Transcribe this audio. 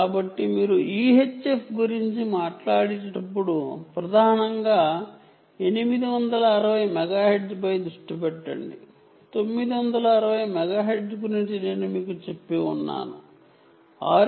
కాబట్టి మీరు UHF గురించి మాట్లాడేటప్పుడు ప్రధానంగా 860 మెగాహెర్ట్జ్ నుండి నేను మీకు చెప్పిన 960 మెగాహెర్ట్జ్ పై దృష్టి పెట్టండి